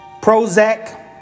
Prozac